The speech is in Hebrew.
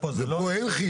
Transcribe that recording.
ופה אין חיוב.